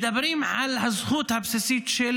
מדברים על הזכות הבסיסית של